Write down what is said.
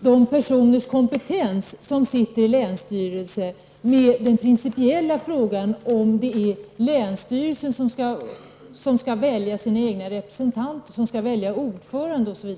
de personers kompetens som sitter i länsstyrelser med den principiella frågan om det är länsstyrelsen som skall välja sina egna representanter, som skall välja ordförande osv.